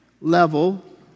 level